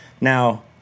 Now